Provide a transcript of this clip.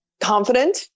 confident